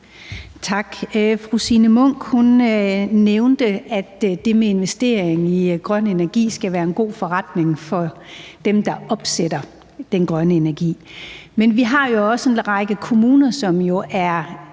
Tak. Fru Signe Munk nævnte, at det med investering i grøn energi skal være en god forretning for dem, der opsætter til den grønne energi. Men vi har også en række kommuner, som jo